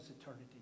eternity